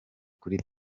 kuri